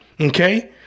okay